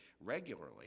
regularly